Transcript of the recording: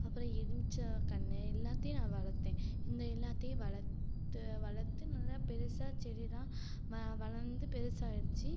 அப்புறம் எலுமிச்சக்கன்னு எல்லாத்தையும் நான் வளர்த்தேன் இந்த எல்லாத்தையும் வளர்த்து வளர்த்து நல்லா பெருசா செடியெல்லாம் வ வளர்ந்து பெருசாகிடுச்சி